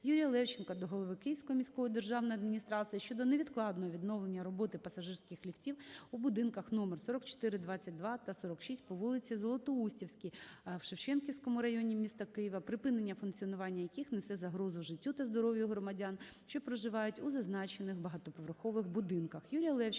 Юрія Левченка до голови Київської міської державної адміністрації щодо невідкладного відновлення роботи пасажирських ліфтів у будинках № 44/22 та № 46 на вулиці Золотоустівській у Шевченківському районі міста Києва, припинення функціонування яких несе загрозу життю та здоров'ю громадян, що проживають у зазначених багатоповерхових будинках.